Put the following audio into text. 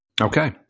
Okay